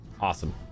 Awesome